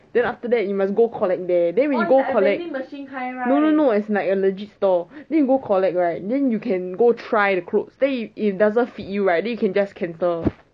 then after that you must go collect there then we go collect no no no as in a legit stall then you go collect right then you can go try the clothes then if it doesn't fit you right you can just cancel